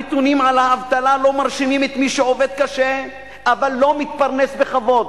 הנתונים על האבטלה לא מרשימים את מי שעובד קשה אבל לא מתפרנס בכבוד.